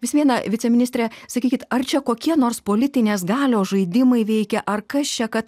vis viena viceministre sakykit ar čia kokie nors politinės galios žaidimai veikia ar kas čia kad